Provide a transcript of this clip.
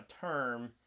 term